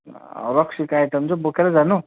रक्सीको आइटम चाहिँ बोकेरै जानु